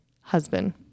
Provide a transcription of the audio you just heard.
husband